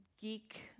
geek